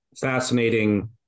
fascinating